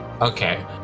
okay